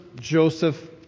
Joseph